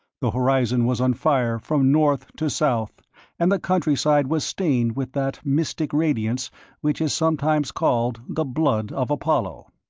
the horizon was on fire from north to south and the countryside was stained with that mystic radiance which is sometimes called the blood of apollo.